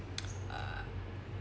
uh